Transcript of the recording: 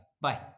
Bye